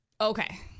Okay